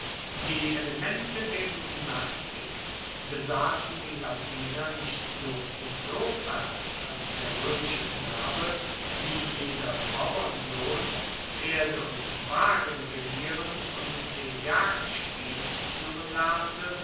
die elemente der gymnastik besassen die latiner nicht bloss insofern als der roemische knabe wie jeder bauernsohn pferde und wagen regieren und den jagdspiess fuehren lernte